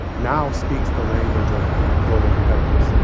now speaks the language of global competitors.